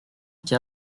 qui